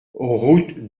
route